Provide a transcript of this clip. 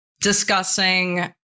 discussing